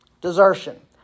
Desertion